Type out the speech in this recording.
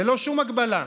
ללא שום הגבלה.